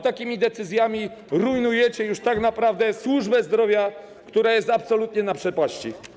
Takimi decyzjami rujnujecie tak naprawdę służbę zdrowia, która jest absolutnie na skraju przepaści.